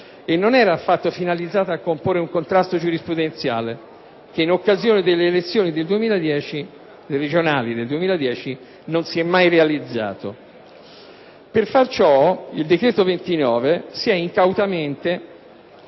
e non invece finalizzata a comporre un contrasto giurisprudenziale, che in occasione delle elezioni regionali del 2010 non si è invece mai realizzato. Per far ciò, il decreto n. 29 si è incautamente